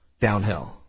downhill